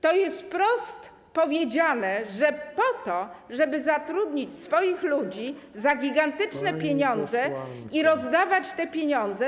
To jest wprost powiedziane, że chodzi o to, żeby zatrudnić swoich ludzi za gigantyczne pieniądze i rozdawać te pieniądze.